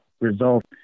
result